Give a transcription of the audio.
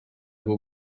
bwo